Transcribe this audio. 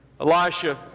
Elisha